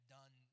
done